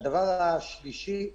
דבר שלישי,